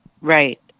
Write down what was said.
Right